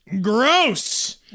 Gross